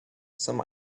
some